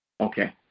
Okay